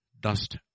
dust